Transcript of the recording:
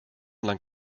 lang